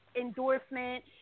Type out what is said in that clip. endorsement